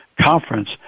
conference